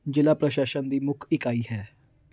ਜ਼ਿਲ੍ਹਾ ਪ੍ਰਸ਼ਾਸਨ ਦੀ ਮੁੱਖ ਇਕਾਈ ਹੈ